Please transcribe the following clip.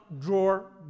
drawer